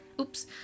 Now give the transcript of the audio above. Oops